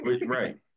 Right